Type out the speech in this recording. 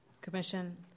commission